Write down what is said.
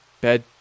Bed-